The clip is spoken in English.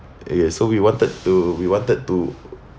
okay so we wanted to we wanted to